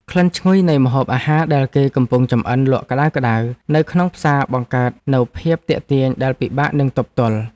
ក្លិនឈ្ងុយនៃម្ហូបអាហារដែលគេកំពុងចម្អិនលក់ក្តៅៗនៅក្នុងផ្សារបង្កើតនូវភាពទាក់ទាញដែលពិបាកនឹងទប់ទល់។